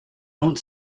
won’t